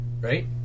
right